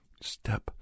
Step